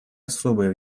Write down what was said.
особое